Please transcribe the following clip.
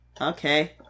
okay